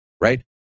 right